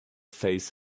face